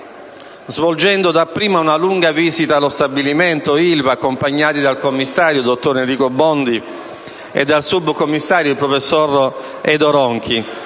svolgendo dapprima una lunga visita allo stabilimento Ilva, accompagnati dal commissario, dottor Enrico Bondi, e dal subcommissario, professor Edo Ronchi,